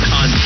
on